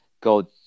go